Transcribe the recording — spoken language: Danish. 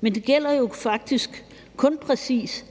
men det gælder jo faktisk kun præcis